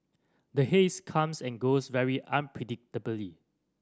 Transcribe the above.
the haze comes and goes very unpredictably